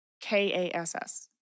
k-a-s-s